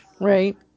Right